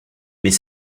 mais